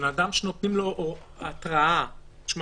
כשנותנים לבן אדם התראה: תשמע,